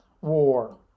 War